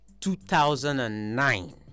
2009